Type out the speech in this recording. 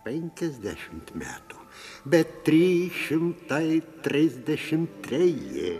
penkiasdešimt metų bet trys šimtai trisdešimt treji